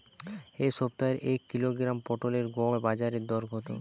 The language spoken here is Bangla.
এ সপ্তাহের এক কিলোগ্রাম পটলের গড় বাজারে দর কত?